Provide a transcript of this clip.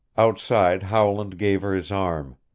outside howland gave her his arm.